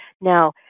Now